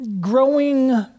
growing